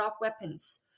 weapons